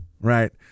right